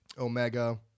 Omega